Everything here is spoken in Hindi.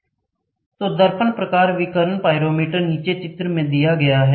तो दर्पण प्रकार विकिरण पाइरोमीटर नीचे चित्र में दिखाया गया है